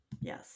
Yes